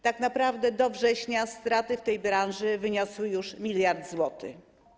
Tak naprawdę do września straty w tej branży wyniosły już 1 mld zł.